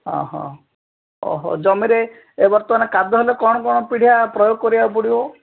ଅଃ ଓଃ ଜମିରେ ବର୍ତ୍ତମାନ କାଦୁଆ ହେଲେ କ'ଣ କ'ଣ ପିଡ଼ିଆ ପ୍ରୟୋଗ କରିବାକୁ ପଡ଼ିବ